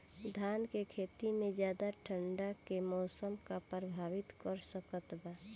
धान के खेती में ज्यादा ठंडा के मौसम का प्रभावित कर सकता बा?